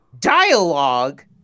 dialogue